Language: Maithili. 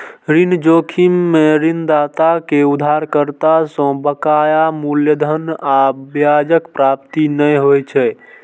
ऋण जोखिम मे ऋणदाता कें उधारकर्ता सं बकाया मूलधन आ ब्याजक प्राप्ति नै होइ छै